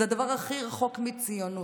זה הדבר הכי רחוק מציונות.